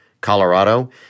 Colorado